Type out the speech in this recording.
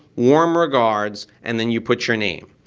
warm regards, and then you put your name.